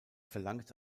verlangt